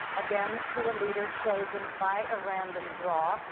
again, to a leader chosen by a random draw.